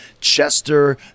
Chester